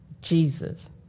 Jesus